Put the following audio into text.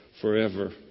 forever